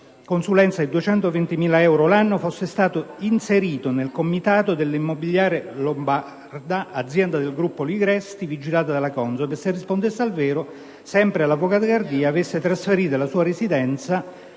consulenza di 220.000 euro l'anno, fosse stato inserito nel comitato dell'Immobiliare lombarda, azienda del gruppo Ligresti, vigilata dalla CONSOB. Chiedevo inoltre di sapere se rispondesse al vero che l'avvocato Cardia avesse trasferito la sua residenza